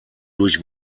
durch